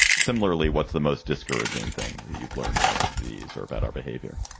similarly, what's the most discouraging thing you've learned about the disease or about our behavior?